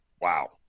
Wow